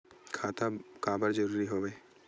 खाता का बर जरूरी हवे?